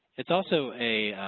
it's also a